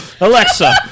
Alexa